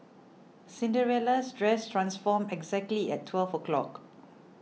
Cinderella's dress transformed exactly at twelve o'clock